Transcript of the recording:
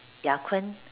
ya Kun